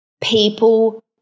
people